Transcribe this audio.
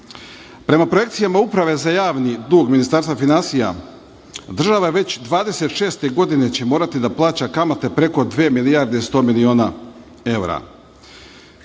66%.Prema projekcijama Uprave za javni dug Ministarstva finansija, država već 2026. godine će morati da plaća kamate preko dve milijarde i sto miliona evra.